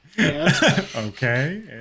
Okay